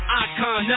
icon